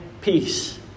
peace